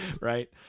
Right